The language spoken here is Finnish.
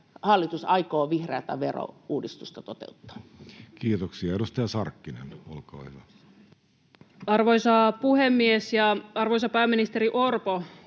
hallitus aikoo vihreätä verouudistusta toteuttaa. Kiitoksia. — Edustaja Sarkkinen, olkaa hyvä. Arvoisa puhemies ja arvoisa pääministeri Orpo!